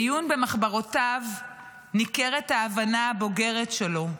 בעיון במחברותיו ניכרת ההבנה הבוגרת שלו,